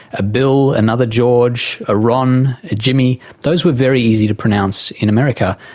a bill, another george, a ron, a jimmy, those were very easy to pronounce in america.